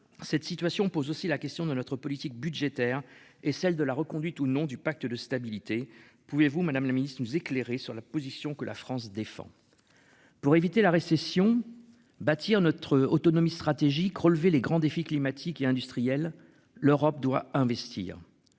Cette situation pose aussi la question de notre politique budgétaire et celle de la reconduite ou non du pacte de stabilité. Pouvez-vous Madame la Ministre de nous éclairer sur la position que la France défend. Pour éviter la récession. Bâtir notre autonomie stratégique relever les grands défis climatiques et industriels. L'Europe doit investir.